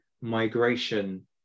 migration